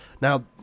Now